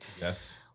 yes